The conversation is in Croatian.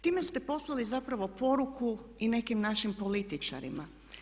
Time ste poslali zapravo poruku i nekim našim političarima.